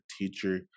teacher